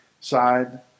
side